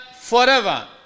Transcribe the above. forever